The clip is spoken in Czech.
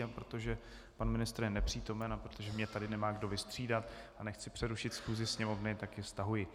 A protože pan ministr je nepřítomen a protože mě tady nemá kdo vystřídat a nechci přerušit schůzi Sněmovny, tak ji stahuji.